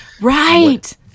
Right